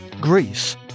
Greece